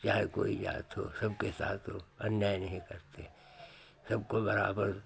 चाहे कोई जात हो सबके साथ ओ अन्याय नहीं करते सबको बराबर